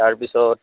তাৰপিছত